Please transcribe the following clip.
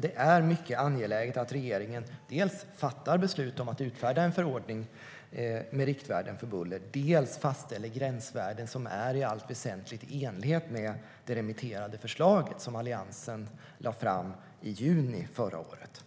Det är alltså mycket angeläget att regeringen dels fattar beslut om att utfärda en förordning med riktvärden för buller, dels fastställer gränsvärden som i allt väsentligt är i enlighet med det remitterade förslaget, som Alliansen lade fram i juni förra året.